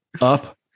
up